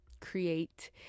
create